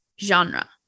genre